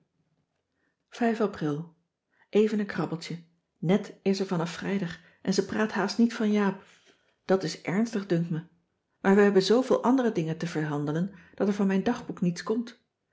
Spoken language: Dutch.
april even een krabbeltje net is er vanaf vrijdag en ze praat haast niet van jaap dat is ernstig dunkt cissy van marxveldt de h b s tijd van joop ter heul me maar we hebben zooveel andere dingen te verhandelen dat er van mijn dagboek niets komt